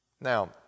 Now